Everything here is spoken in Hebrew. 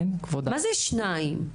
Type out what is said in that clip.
מה זה שניים?